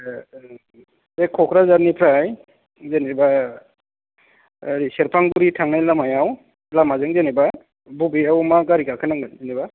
ओह बे क'क्राझारनिफ्राय जेनेबा ओरै सेरफांगुरि थांनाय लामायाव लामाजों जेनेबा बबेयाव मा गारि गाखोनांगोन जेनेबा